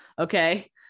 Okay